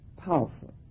powerful